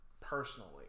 Personally